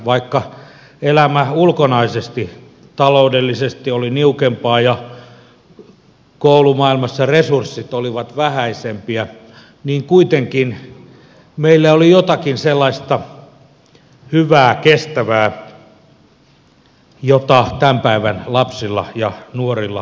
vaikka elämä ulkonaisesti taloudellisesti oli niukempaa ja koulumaailmassa resurssit olivat vähäisempiä niin kuitenkin meillä oli jotakin sellaista hyvää kestävää jota tämän päivän lapsilla ja nuorilla ei ole